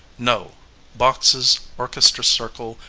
no boxes, orchestra-circle,